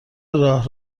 راه